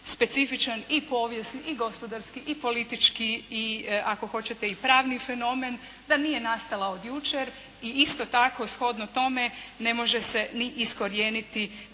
specifičan i povijesni, i gospodarski, i politički, i ako hoćete i pravni fenomen, da nije nastala od jučer i isto tako shodno tome ne može se ni iskorijeniti